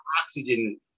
oxygen